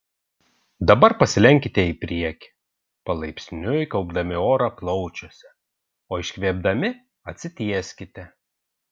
dabar pasilenkite į priekį palaipsniui kaupdami orą plaučiuose o iškvėpdami atsitieskite